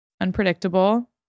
Unpredictable